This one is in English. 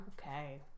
Okay